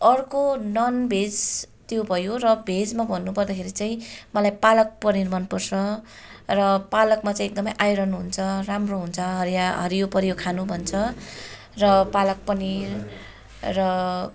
र अर्को non veg त्यो भयो र भेजमा भन्नु पर्दाखेरि चाहिँ मलाई पालक पनिर मन पर्छ र पालकमा चाहिँ एकदमै आइरन हुन्छ राम्रो हुन्छ हरिया हरियो परियो खानु भन्छ र पालक पनिर र